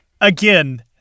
again